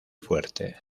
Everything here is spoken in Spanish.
fuerte